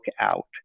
out